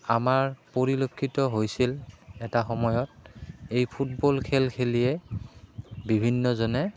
আমাৰ পৰিলক্ষিত হৈছিল এটা সময়ত এই ফুটবল খেল খেলিয়ে বিভিন্নজনে